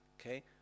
Okay